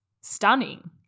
stunning